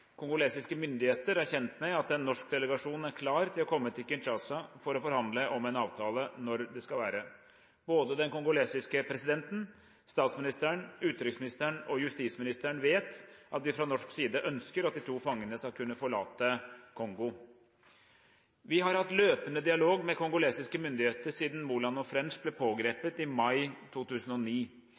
Kongolesiske myndigheter er kjent med at en norsk delegasjon er klar til å komme til Kinshasa for å forhandle om en avtale – når det skal være. Den kongolesiske presidenten, statsministeren, utenriksministeren og justisministeren vet at vi fra norsk side ønsker at de to fangene skal kunne forlate Kongo. Vi har hatt løpende dialog med kongolesiske myndigheter siden Moland og French ble pågrepet i mai 2009.